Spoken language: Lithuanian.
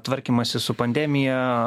tvarkymasis su pandemija